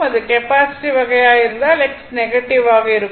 அது கெப்பாசிட்டிவ் வகையாக இருந்தால் X நெகட்டிவ் ஆக இருக்கும்